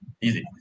Easy